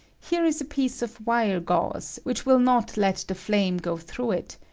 here is a piece of wire gauze, which will not let the flame go through it,